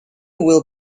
will